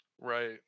right